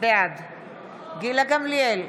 בעד גילה גמליאל,